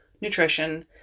nutrition